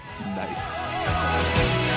Nice